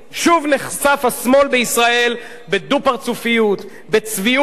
שוב נחשף השמאל בישראל בדו-פרצופיות, בצביעות,